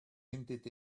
hinted